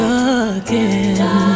again